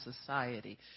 society